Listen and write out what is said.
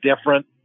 Different